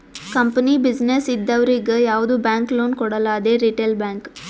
company, business ಇದ್ದವರಿಗ್ ಯಾವ್ದು bank loan ಕೊಡಲ್ಲ ಅದೇ ರಿಟೇಲ್ ಬ್ಯಾಂಕ್